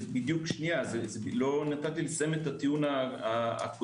לא נתת לי לסיים את הטיעון הקודם.